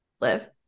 live